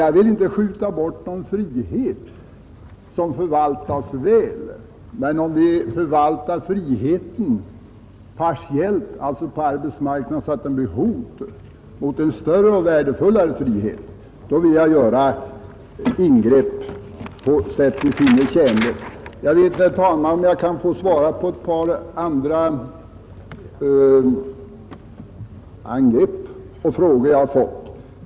Jag vill inte skjuta bort någon frihet som förvaltas väl, men om vi förvaltar friheten partiellt — alltså på arbetsmarknaden — så att den blir ett hot mot en större och värdefullare frihet, då vill jag att vi skall göra ett ingrepp på det sätt vi finner tjänligt. Jag vet inte, herr talman, om jag kan få svara på ett par andra angrepp och frågor som jag har fått.